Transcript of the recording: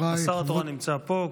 השר התורן נמצא פה,